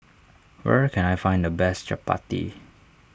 where can I find the best Chapati